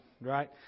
right